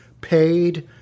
paid